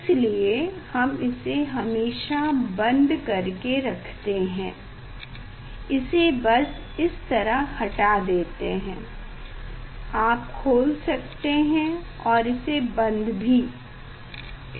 इसलिए हम इसे हमेशा बंद कर के रखते हैं इसे बस इस तरह हटा देते हैं आप खोल सकते हैं और ऐसे बंद भी ठीक